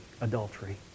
adultery